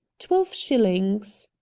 twelve shillings.